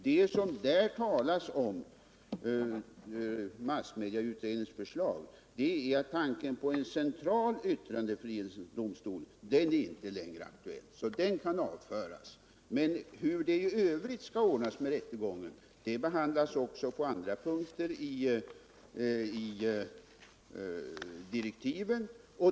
När det här talas om massmedieutredningens förslag gäller det tanken på en central yttrandefrihetsdomstol, som inte längre är aktuell. Den kan alltså avföras. Hur det i övrigt skall ordnas med rättegången behandlas också på andra punkter i direktiven.